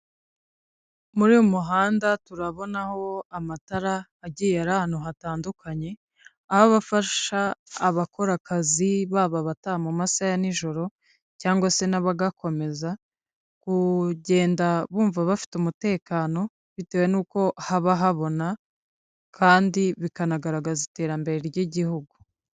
Muri uyu muhanda turabonaho amatara agiye ari ahantu hatandukanye, aho abafasha abakora akazi baba abataha mu masaha ya nijoro cyangwa se n'abagakomeza, kugenda bumva bafite umutekano bitewe n'uko haba habona kandi bikanagaragaza iterambere ry'igihugu.